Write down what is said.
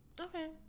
Okay